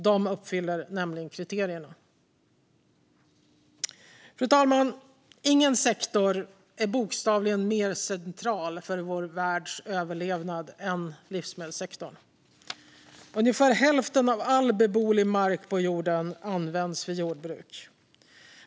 De uppfyller nämligen kriterierna. Fru talman! Ingen sektor är bokstavligen mer central för vår världs överlevnad än livsmedelssektorn. Ungefär hälften av all beboelig mark på jorden används för jordbruk.